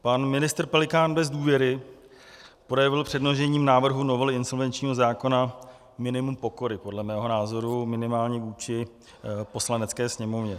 Pan ministr Pelikán bez důvěry projevil předložením návrhu novely insolvenčního zákona minimum pokory, podle mého názoru minimálně vůči Poslanecké sněmovně.